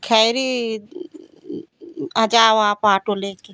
खैरी आ जाओ आप आटो लेके